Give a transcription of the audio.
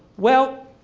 well,